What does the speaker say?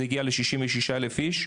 זה הגיע ל-66,000 אנשים.